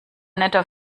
netter